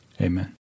Amen